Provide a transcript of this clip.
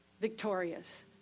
victorious